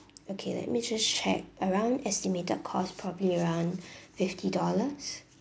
okay let me just check around estimated cost probably around fifty dollars